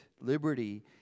Liberty